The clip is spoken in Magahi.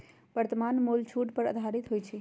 वर्तमान मोल छूट पर आधारित होइ छइ